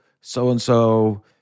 so-and-so